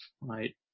right